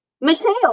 Michelle